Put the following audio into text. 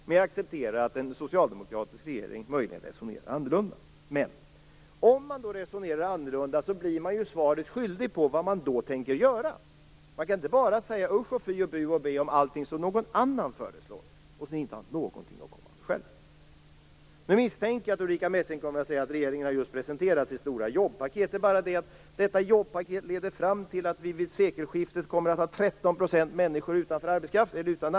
Men jag accepterar att en socialdemokratisk regering möjligen resonerar annorlunda. Men, om man resonerar annorlunda blir man ju svaret skyldig. Vad tänker man då göra? Man kan inte bara säga usch, fy, bu och bä om allt som någon annan föreslår utan att ha någonting att komma med själv. Nu misstänker jag att Ulrika Messing kommer att säga att regeringen just har presenterat sitt stora jobbpaket. Det är bara det att detta jobbpaket leder fram till att vi vid sekelskiftet kommer att ha en arbetslöshet på 13 %.